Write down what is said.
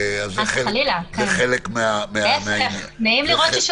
אז זה חלק מהעניין.